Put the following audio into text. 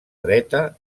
dreta